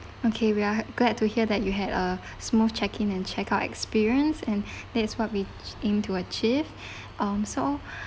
okay we are glad to hear that you had a smooth check in and checkout experience and that's what we aim to achieve um so